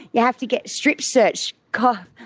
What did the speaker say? you have to get strip searched cough,